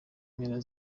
mpera